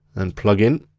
then plugin,